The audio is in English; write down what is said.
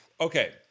okay